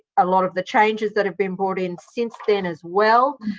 a lot of the changes that have been brought in since then, as well.